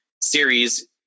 series